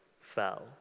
fell